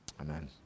Amen